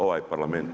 Ovaj Parlament